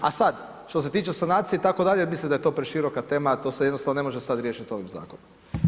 A sad, što se tiče sanacije itd., mislim da je to preširoka tema a to se jednostavno ne može sad riješiti ovim zakonom.